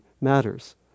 matters